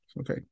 okay